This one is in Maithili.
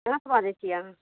कहाँ सँ बाजै छी अहाँ